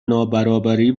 نابرابری